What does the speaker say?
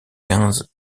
quinze